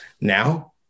Now